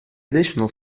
additional